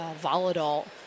volatile